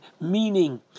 Meaning